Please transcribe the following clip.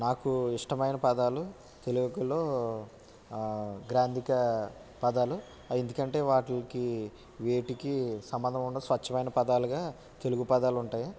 నాకు ఇష్టమైన పదాలు తెలుగులో గ్రాంథిక పదాలు ఎందుకంటే వాటిలికి వేటికి సంబంధం ఉండదు స్వచ్ఛమైన పదాలుగా తెలుగు పదాలు ఉంటాయి